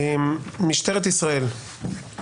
משטרת ישראל,